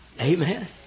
Amen